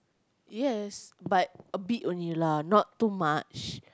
yes but a bit only lah not too much